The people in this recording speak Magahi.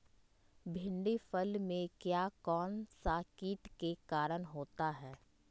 भिंडी फल में किया कौन सा किट के कारण होता है?